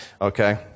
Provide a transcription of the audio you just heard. Okay